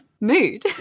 Mood